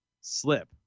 slip